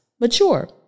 Mature